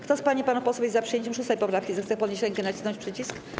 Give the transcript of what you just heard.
Kto z pań i panów posłów jest za przyjęciem 6. poprawki, zechce podnieść rękę i nacisnąć przycisk.